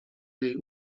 jej